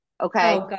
Okay